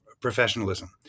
professionalism